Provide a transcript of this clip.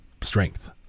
strength